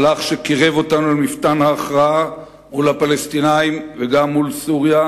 מהלך שקירב אותנו אל מפתן ההכרעה מול הפלסטינים וגם מול סוריה.